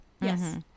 yes